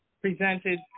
presented